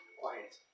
quiet